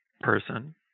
person